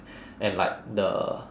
and like the